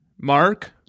Mark